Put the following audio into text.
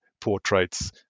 portraits